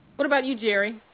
what about you, jerry?